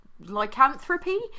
lycanthropy